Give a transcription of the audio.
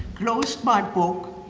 closed my book,